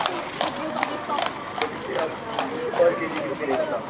आं okay so तुमची per K G कितली रेट आसा